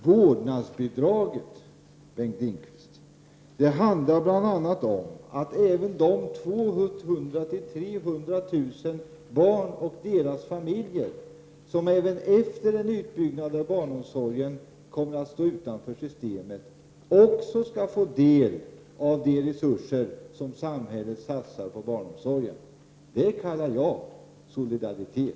Vårdnadsbidraget, Bengt Lindqvist, handlar bl.a. om att även de 200 000-300 000 barn och deras familjer, som även efter en utbyggnad av barnomsorgen kommer att stå utanför systemet, skall få del av de resurser som samhället satsar på barnomsorgen. Det kallar jag solidaritet.